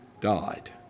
died